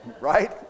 Right